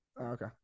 Okay